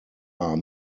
are